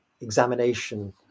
examination